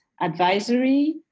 advisory